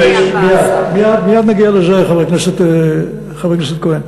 מייד נגיע לזה, חבר הכנסת כהן.